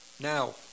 Now